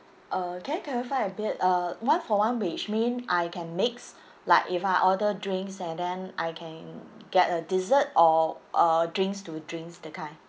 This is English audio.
uh can I clarify a bit uh one for one which mean I can mix like if I order drinks and then I can get a dessert or uh drinks to drinks that kind